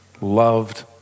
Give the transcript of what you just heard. loved